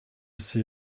ses